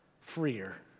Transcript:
freer